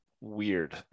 weird